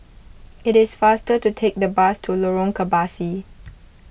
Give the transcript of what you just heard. it is faster to take the bus to Lorong Kebasi